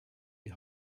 die